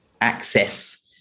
access